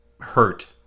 hurt